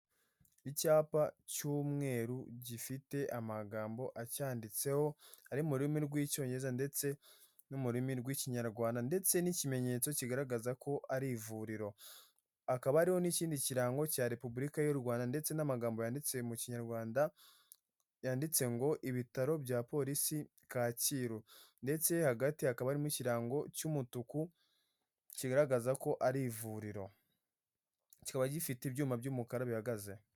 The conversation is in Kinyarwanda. Icyapa cy'umweru gifite amagambo acyanditseho, ari mu rurimi rw'icyongereza ndetse no mu rurimi rw'ikinyarwanda ndetse n'ikimenyetso kigaragaza ko ari ivuriro, hakaba hariho n'ikindi kirango cya Repubulika y'u Rwanda ndetse n'amagambo yanditse mu kinyarwanda, yanditse ngo ibitaro bya polisi Kacyiru ndetse hagati hakaba arimo ikirango cy'umutuku kigaragaza ko ari ivuriro, kikaba gifite ibyuma by'umukara bihagaze.